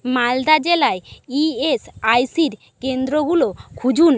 মালদা জেলায় E S I সির কেন্দ্রগুলো খুঁজুন